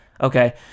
Okay